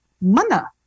mana